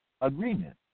agreement